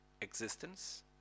existence